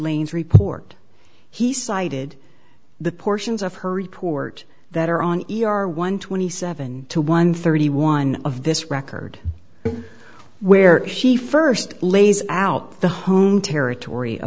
lane's report he cited the portions of her report that are on e r one twenty seven to one thirty one of this record where she first lays out the home territory